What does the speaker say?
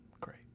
Great